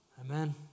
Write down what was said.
Amen